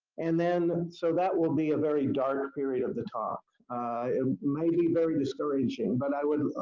and then, so that will be a very dark period of the talk. it may be very discouraging, but i would